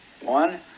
One